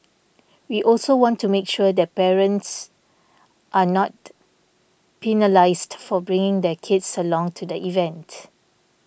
we also want to make sure that parents are not penalised for bringing their kids along to the event